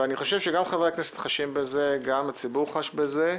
גם חברי הכנסת חשים בזה וגם הציבור חש בזה.